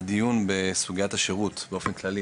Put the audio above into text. הדיון בסוגיית השירות באופן כללי